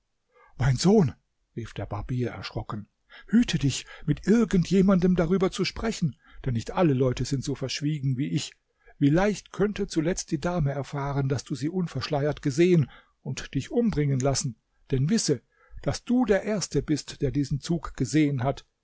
mein sohn rief der barbier erschrocken hüte dich mit irgend jemandem darüber zu sprechen denn nicht alle leute sind so verschwiegen wie ich wie leicht könnte zuletzt die dame erfahren daß du sie unverschleiert gesehen und dich umbringen lassen denn wisse daß du der erste bist der diesen zug gesehen hat